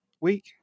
week